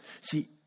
See